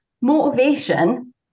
motivation